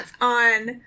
on